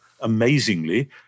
amazingly